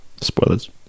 Spoilers